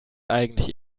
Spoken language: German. eigentlich